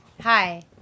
Hi